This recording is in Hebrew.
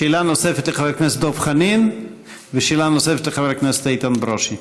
שאלה נוספת לחבר הכנסת דב חנין ושאלה נוספת לחבר הכנסת איתן ברושי.